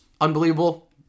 unbelievable